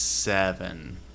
Seven